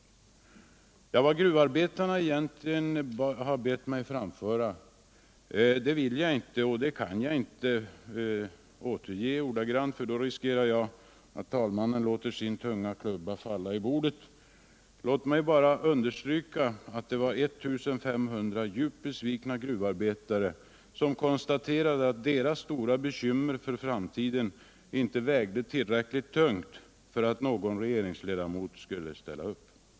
Vad gruvarbetarna egentligen bett mig framföra vill jag inte och kan jag inte återge ordagrant, för då riskerar jag att talmannen låter sin tunga klubba falla i bordet. Låt mig bara understryka att det var 1500 djupt besvikna gruvarbetare som konstaterade att deras stora bekymmer för framtiden inte vägde tillräckligt tungt för att någon regeringsledamot skulle ställa upp.